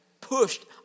pushed